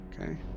Okay